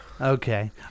Okay